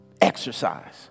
exercise